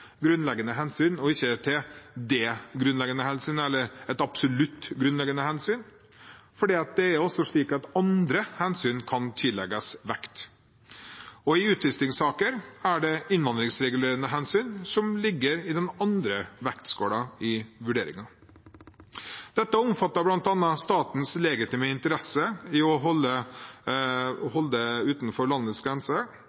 grunnleggende hensyn» og ikke det grunnleggende hensyn eller et absolutt grunnleggende hensyn, for det er også slik at andre hensyn kan tillegges vekt. I utvisningssaker er det innvandringsregulerende hensyn som ligger i den andre vektskålen i vurderingen. Dette omfatter bl.a. statens legitime interesse i å holde